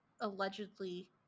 allegedly